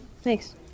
Thanks